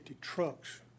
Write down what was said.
trucks